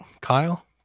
Kyle